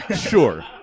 Sure